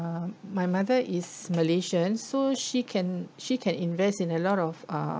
um my mother is malaysian so she can she can invest in a lot of uh